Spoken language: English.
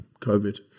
COVID